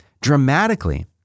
dramatically